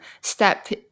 step